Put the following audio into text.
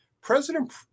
President